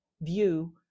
view